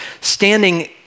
standing